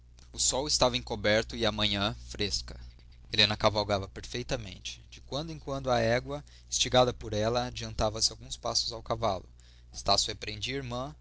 o sol estava encoberto e a manhã fresca helena cavalgava perfeitamente de quando em quando a égua instigada por ela adiantava-se alguns passos ao cavalo estácio repreendia a irmã